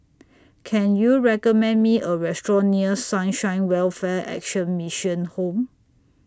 Can YOU recommend Me A Restaurant near Sunshine Welfare Action Mission Home